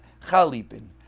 chalipin